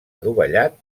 adovellat